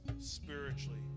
spiritually